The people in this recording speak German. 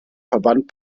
verband